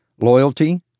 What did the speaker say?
loyalty